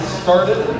started